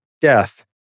death